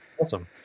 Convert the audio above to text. Awesome